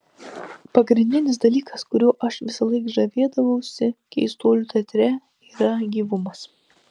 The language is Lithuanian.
pagrindinis dalykas kuriuo aš visąlaik žavėdavausi keistuolių teatre yra gyvumas